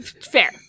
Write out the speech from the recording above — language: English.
Fair